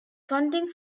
funding